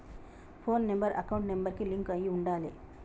పోను number account number కి link అయ్యి ఉండాలే